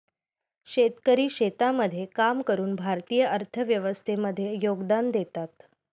शेतकरी शेतामध्ये काम करून भारतीय अर्थव्यवस्थे मध्ये योगदान देतात